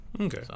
Okay